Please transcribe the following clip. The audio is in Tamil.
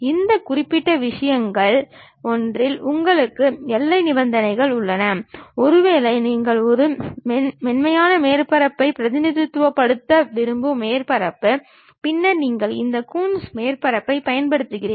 இந்த குறிப்பிட்ட விஷயங்களில் ஒன்றில் உங்களுக்கு எல்லை நிபந்தனைகள் உள்ளன ஒருவேளை நீங்கள் ஒரு மென்மையான மேற்பரப்பை பிரதிநிதித்துவப்படுத்த விரும்பும் மேற்பரப்பு பின்னர் நீங்கள் இந்த கூன்ஸ் மேற்பரப்பைப் பயன்படுத்துகிறீர்கள்